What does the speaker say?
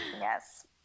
Yes